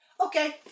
okay